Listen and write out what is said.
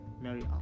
Mary